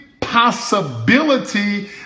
possibility